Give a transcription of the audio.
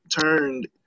turned